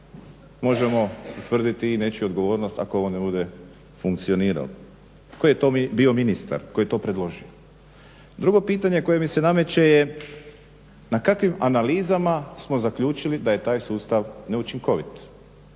možemo utvrditi i nečiju odgovornost ako ovo ne bude funkcioniralo. Koji je to bio ministar koji je to predložio. Drugo pitanje koje mi se nameće je na kakvim analizama smo zaključili da je taj sustav neučinkovit,